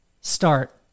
start